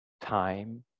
time